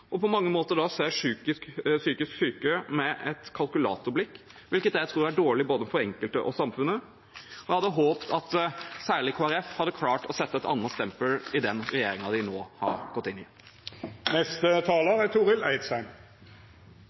og da på mange måter se psykisk syke med et kalkulatorblikk, hvilket jeg tror er dårlig både for den enkelte og for samfunnet. Jeg hadde håpet at særlig Kristelig Folkeparti hadde klart å sette et annet stempel i den regjeringen de nå har gått inn